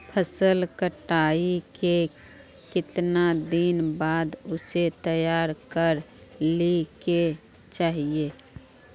फसल कटाई के कीतना दिन बाद उसे तैयार कर ली के चाहिए?